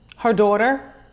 her daughter?